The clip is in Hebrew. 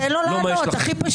לא מה יש לכם.